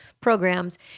programs